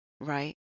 right